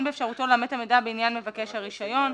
"אין באפשרותו לאמת את המידע בעניין מבקש הרישיון".